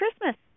Christmas